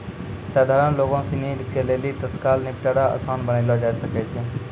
सधारण लोगो सिनी के लेली तत्काल निपटारा असान बनैलो जाय सकै छै